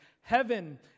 Heaven